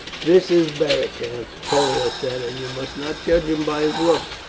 this is beric, aunt, pollio said, and you must not judge him by his looks.